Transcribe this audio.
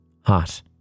Hot